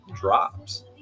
drops